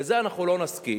לזה אנחנו לא נסכים.